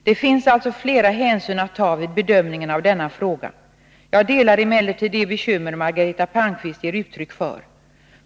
Det finns alltså flera hänsyn att ta vid bedömningen av denna fråga. Jag delar emellertid de bekymmer Margareta Palmqvist ger uttryck för.